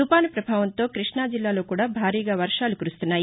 తుఫాను ప్రభావంతో కృష్ణాజిల్లాలో కూడా భారీగా వర్షాలు కురుస్తున్నాయి